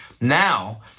now